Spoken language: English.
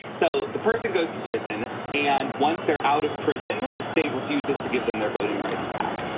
so the person goes to prison and once they're out of prison, the state refuses to give them their voting rights back.